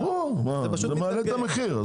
ברור, זה מעלה את המחיר.